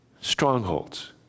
strongholds